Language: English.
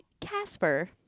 Casper